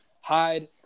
hide